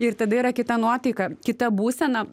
ir tada yra kita nuotaika kita būsena